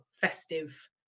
festive